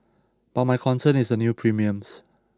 but my concern is the new premiums